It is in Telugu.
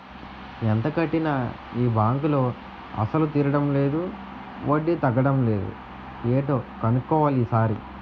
ఎంత కట్టినా ఈ బాంకులో అసలు తీరడం లేదు వడ్డీ తగ్గడం లేదు ఏటో కన్నుక్కోవాలి ఈ సారి